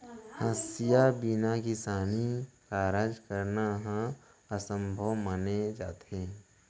हँसिया बिना किसानी कारज करना ह असभ्यो माने जाथे